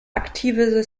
aktive